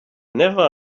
never